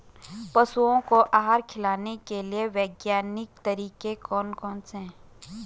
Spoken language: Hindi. पशुओं को आहार खिलाने के लिए वैज्ञानिक तरीके कौन कौन से हैं?